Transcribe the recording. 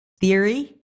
theory